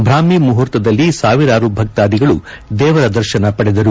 ಭ್ರಾಟ್ನ ಮುಹೂರ್ತದಲ್ಲಿ ಸಾವಿರಾರು ಭಕ್ತಾದಿಗಳು ದೇವರ ದರ್ಶನ ಪಡೆದರು